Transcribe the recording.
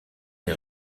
les